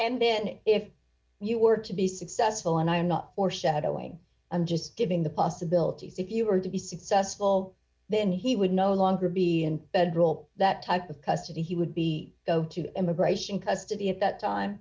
and then if you were to be successful and i am not or shadowing i'm just giving the possibilities if you were to be successful then he would no longer be bedroll that type of custody he would be to the immigration custody at that time